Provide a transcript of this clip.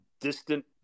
distant